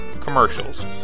commercials